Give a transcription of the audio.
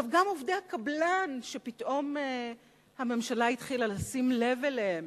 גם עובדי הקבלן שפתאום הממשלה התחילה לשים לב אליהם